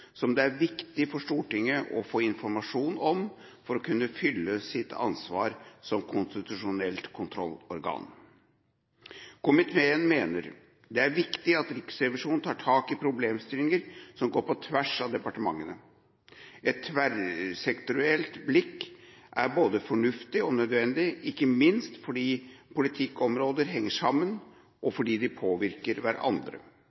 som det er viktig for Stortinget å få informasjon om for å kunne fylle sitt ansvar som konstitusjonelt kontrollorgan. Komiteen mener det er viktig at Riksrevisjonen tar tak i problemstillinger som går på tvers av departementene. Et tverrsektorielt blikk er både fornuftig og nødvendig, ikke minst fordi politikkområder henger sammen, og fordi de påvirker hverandre.